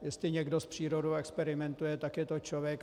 Jestli někdo s přírodou experimentuje, tak je to člověk.